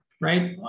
right